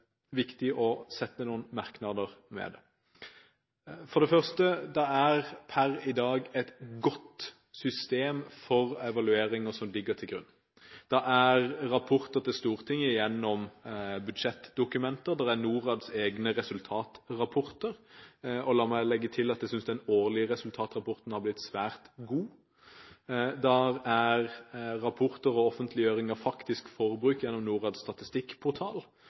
viktig å knytte noen merknader til det. For det første: Det er per i dag et godt system for evalueringer som ligger til grunn. Det er rapporter til Stortinget gjennom budsjettdokumenter. Det er NORADs egne resultatrapporter. La meg legge til at jeg synes den årlige resultatrapporten har blitt svært god. Det er rapporter og offentliggjøring av faktisk forbruk gjennom NORADs statistikkportal.